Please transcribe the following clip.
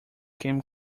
can